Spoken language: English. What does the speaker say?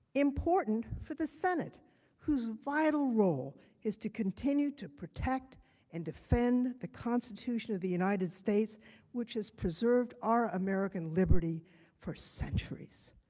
important for the senate whose vital role is to continue to protect and defend the constitution of the united states which is preserving our american liberty for centuries.